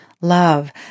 love